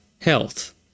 health